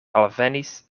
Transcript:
alvenis